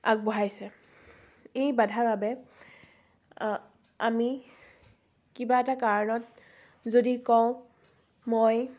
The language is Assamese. আগবঢ়াইছে এই বাধাৰ বাবে আমি কিবা এটা কাৰণত যদি কওঁ মই